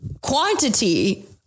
quantity